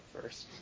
first